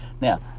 Now